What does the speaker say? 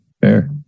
Fair